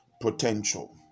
potential